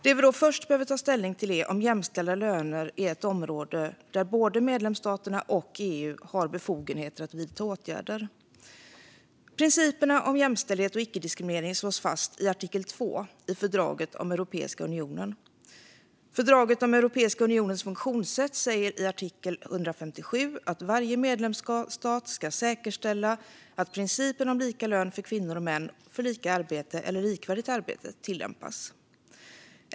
Det vi då först behöver ta ställning till är om jämställda löner är ett område där både medlemsstaterna och EU har befogenheter att vidta åtgärder. Principerna om jämställdhet och icke-diskriminering slås fast i artikel 2 i fördraget om Europeiska unionen. Fördraget om Europeiska unionens funktionssätt säger i artikel 157 att varje medlemsstat ska säkerställa att principen om lika lön för kvinnor och män för lika arbete eller likvärdigt arbete tillämpas.